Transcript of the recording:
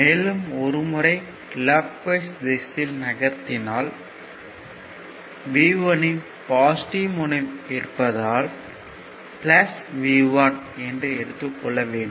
மேலும் ஒரு முறை கிளாக் வைஸ் திசையில் நகர்த்தினால் V1 யின் பாசிட்டிவ் முனையம் இருப்பதால் V1 என்று எடுத்துக் கொள்ள வேண்டும்